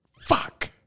Fuck